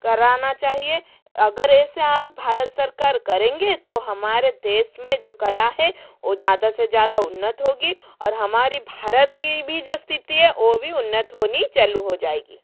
कराना चाहिए अगर ऐसे आप भारत सरकार करेंगे तो हमारे देश में जो कला है वह ज़्यादा से ज्यादा उन्नत होगी और हमारी भारत की भी जो स्थिति है ओ भी उन्नत होनी चालू हो जाएगी